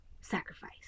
sacrifice